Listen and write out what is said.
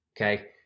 Okay